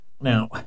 now